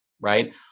right